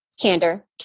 candor